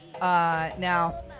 Now